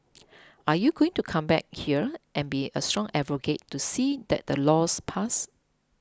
are you going to come back up here and be a strong advocate to see that laws passed